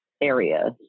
areas